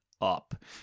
up